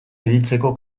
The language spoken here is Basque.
ibiltzeko